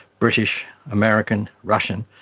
british, american, russian,